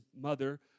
mother